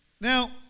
Now